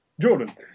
Jordan